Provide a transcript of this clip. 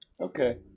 okay